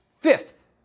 Fifth